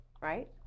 right